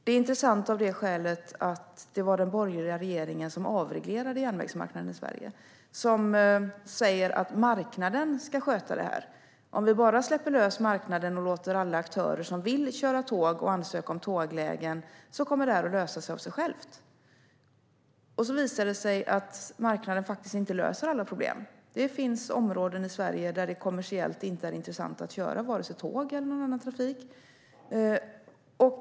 Det är intressant av det skälet att det var den borgerliga regeringen som avreglerade järnvägsmarknaden i Sverige och sa att marknaden skulle sköta detta: Släpper vi bara lös marknaden och låter alla aktörer som vill köra tåg och ansöka om tåglägen kommer detta att lösa sig av sig självt. Men det visade sig att marknaden inte löser alla problem. Det finns områden i Sverige där det inte är kommersiellt intressant att köra tåg eller annan trafik.